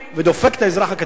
ודופק את האזרח הקטן.